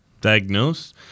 diagnose